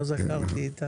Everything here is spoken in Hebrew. לא זכרתי.